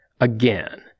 again